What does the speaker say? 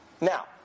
Now